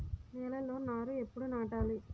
నేలలో నారు ఎప్పుడు నాటాలి?